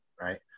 right